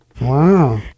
Wow